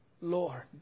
Lord